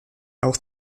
auch